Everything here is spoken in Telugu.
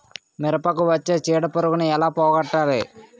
మిరపకు వచ్చే చిడపురుగును ఏల పోగొట్టాలి?